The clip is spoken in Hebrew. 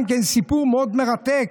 גם כן סיפור מאוד מרתק.